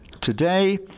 Today